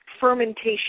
fermentation